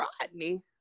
Rodney